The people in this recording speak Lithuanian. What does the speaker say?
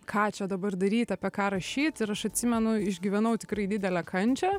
ką čia dabar daryt apie ką rašyt ir aš atsimenu išgyvenau tikrai didelę kančią